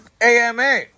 AMA